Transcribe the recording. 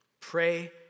Pray